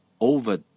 over